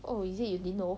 oh is it you didn't know